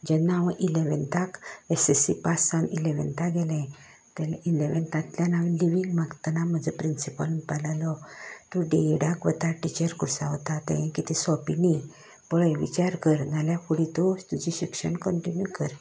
जेन्ना हांव इलॅवँताक एसॅस्सी पास जावन इलॅवँता गेलें तेलें इलॅवँतातल्यान हांवें डिवीक मागतना म्हजो प्रिंसिपल म्हणपा लागलो तूं डिएडाक वता टिचर कोर्सा वता तेंय कितें सोंपें न्ही पळय विचार कर नाल्या फुडें तूं तुजें शिक्षण कंटिन्यू कर